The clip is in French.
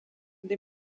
des